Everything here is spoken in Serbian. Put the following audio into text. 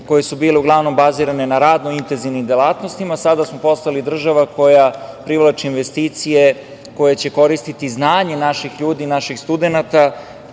koje su bile uglavnom bazirane na radno-intenzivnim delatnostima, sada smo postali država koja privlači investicije koje će koristiti znanje naših ljudi, naših studenata,